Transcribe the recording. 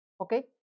Okay